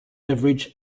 beverage